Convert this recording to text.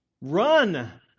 Run